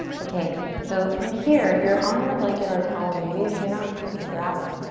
okay, so from here you're on your blanket or towel maybe. if you're not, you can grab it.